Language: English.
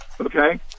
okay